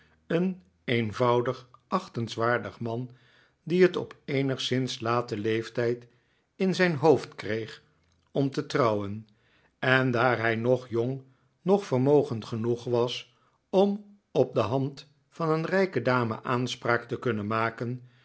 een eenvoudig achtenswaardig man die het op eenigszins laten leeftijd in zijn hoofd kreeg om te trouwen en daar hij noch jong noch vermogend genoeg was om op de hand van een rijke dame aanspraak te kunnen maken